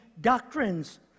doctrines